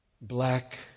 black